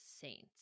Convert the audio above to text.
saints